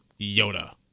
Yoda